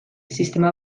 sistema